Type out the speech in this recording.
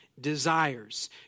desires